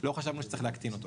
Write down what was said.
לא חשבנו שצריך להקטין אותו.